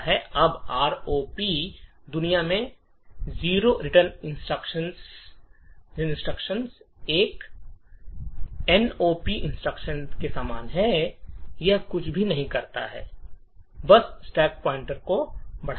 अब ROP दुनिया में रिटर्न इंस्ट्रक्शन एक एनओपी इंस्ट्रक्शन के समान है यह कुछ भी नहीं करता है बस स्टैक पॉइंटर को बढ़ाता है